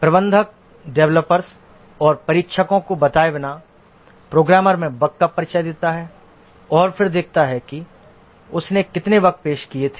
प्रबंधक डेवलपर्स और परीक्षकों को बताए बिना प्रोग्राम में बग का परिचय देता है और फिर देखता है कि उसने कितने बग पेश किए थे